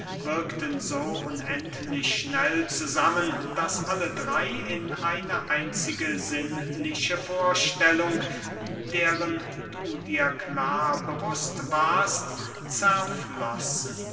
so unendlich schnell zusammen daß alle drey in eine einzige sinnliche vorstellung deren du dir klar bewußt warst zerflossen